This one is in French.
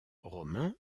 romain